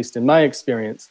least in my experience